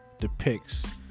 depicts